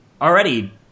already